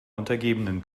untergebenen